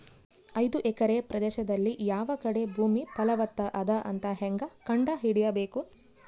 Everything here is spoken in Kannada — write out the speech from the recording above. ಐದು ಎಕರೆ ಪ್ರದೇಶದಲ್ಲಿ ಯಾವ ಕಡೆ ಭೂಮಿ ಫಲವತ ಅದ ಅಂತ ಹೇಂಗ ಕಂಡ ಹಿಡಿಯಬೇಕು?